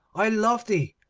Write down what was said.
i love thee.